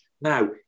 Now